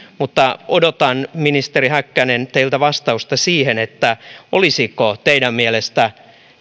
haluan odotan ministeri häkkänen teiltä vastausta siihen olisiko teidän mielestänne